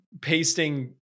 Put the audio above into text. pasting